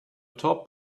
top